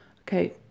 okay